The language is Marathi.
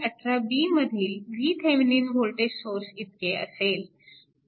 18b मधील VThevenin वोल्टेज सोर्सइतके असेल